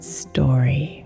story